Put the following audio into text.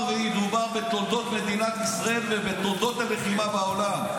וידובר בתולדות מדינת ישראל ובתולדות הלחימה בעולם.